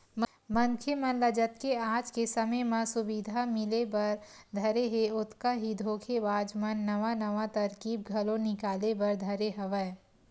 मनखे मन ल जतके आज के समे म सुबिधा मिले बर धरे हे ओतका ही धोखेबाज मन नवा नवा तरकीब घलो निकाले बर धरे हवय